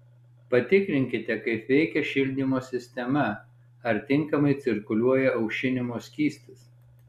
patikrinkite kaip veikia šildymo sistema ar tinkamai cirkuliuoja aušinimo skystis